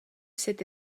cette